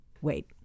Wait